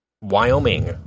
Wyoming